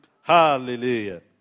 Hallelujah